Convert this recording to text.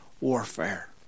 warfare